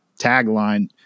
tagline